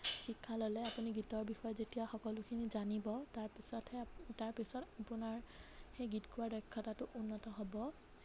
শিক্ষা ল'লে আপুনি গীতৰ বিষয়ে যেতিয়া সকলোখিনি জানিব তাৰ পিছতহে তাৰপিছত আপোনাৰ সেই গীত গোৱাৰ দক্ষতাটো উন্নত হ'ব